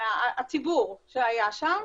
הציבור שהיה שם.